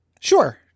Sure